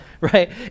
right